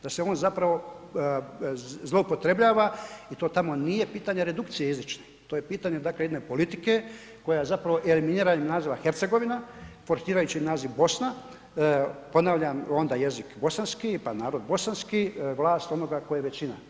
Da se on zapravo zloupotrebljava i to tamo nije pitanje redukcije jezične, to je pitanje dakle jedne politike koja zapravo eliminira i naziva Hercegovina forsirajući naziv Bosna, ponavljam onda jezik bosanski, pa narod bosanski, vlast onoga tko je većina.